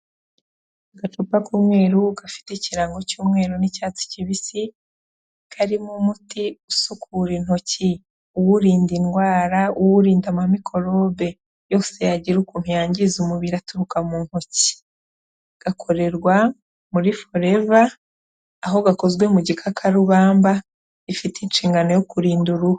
Agacupa k'umweru gafite ikirango cy'umweru n'icyatsi kibisi, karimo umuti usukura intoki, uwurinda indwara uwurinda, ama mikorobe yose yagira ukuntu yangiza umubiri aturuka mu ntoki, gakorerwa muri forever, aho gakozwe mu gikakarubamba, ifite inshingano yo kurinda uruhu.